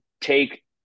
take